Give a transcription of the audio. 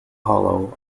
hollow